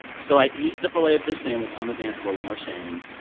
so i eat the filet-o-fish sandwich on the dance floor with no shame.